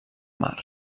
mar